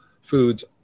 foods